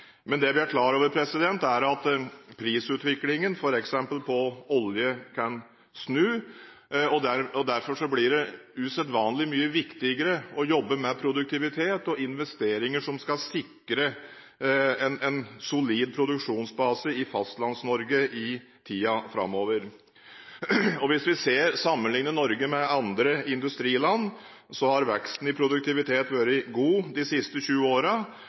Men det vi er klar over, er at prisutviklingen f.eks. på olje kan snu. Derfor blir det usedvanlig mye viktigere å jobbe med produktivitet og investeringer som skal sikre en solid produksjonsbase i Fastlands-Norge i tiden framover. Hvis vi sammenligner Norge med andre industriland, har veksten i produktivitet vært god de siste 20